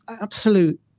absolute